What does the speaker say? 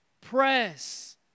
Press